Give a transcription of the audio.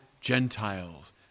Gentiles